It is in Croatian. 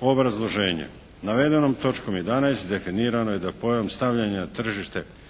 Obrazloženje: Navedenom točkom 11. definirano je da pojam stavljanja na tržište